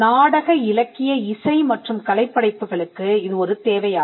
நாடக இலக்கிய இசை மற்றும் கலைப் படைப்புகளுக்கு இது ஒரு தேவையாகும்